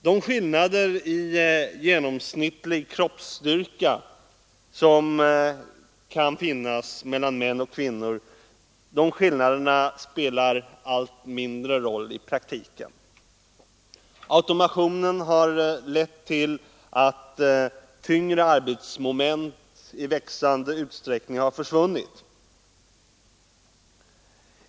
De skillnader i genomsnittlig kroppsstyrka som kan finnas mellan män och kvinnor spelar allt mindre roll i praktiken. Automationen har lett till att tyngre arbetsmoment i växande utsträckning har försvunnit.